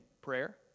prayer